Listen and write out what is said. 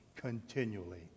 Continually